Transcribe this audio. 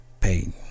pain